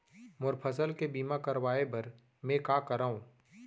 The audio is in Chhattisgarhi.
मोर फसल के बीमा करवाये बर में का करंव?